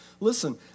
Listen